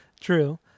True